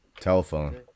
Telephone